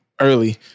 early